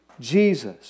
Jesus